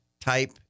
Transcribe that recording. type